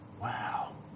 wow